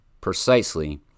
precisely